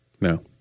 No